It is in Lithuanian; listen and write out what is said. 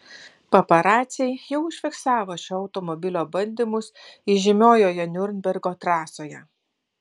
paparaciai jau užfiksavo šio automobilio bandymus įžymiojoje niurburgo trasoje